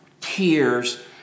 tears